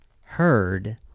heard